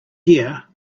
year